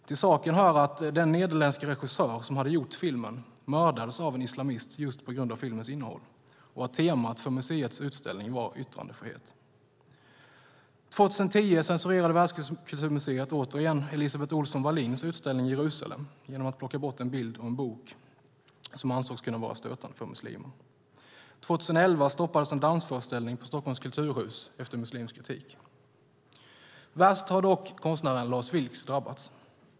Till saken hör att den nederländske regissör som hade gjort filmen mördades av en islamist just på grund av filmens innehåll och att temat för museets utställning var yttrandefrihet. År 2010 censurerade Världskulturmuseet, återigen, Elisabeth Ohlson Wallins utställning Jerusalem genom att plocka bort en bild och en bok som ansågs kunna vara stötande för muslimer. År 2011 stoppades en dansföreställning på Stockholms kulturhus efter muslimsk kritik. Värst har dock konstnären Lars Vilks drabbats.